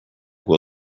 will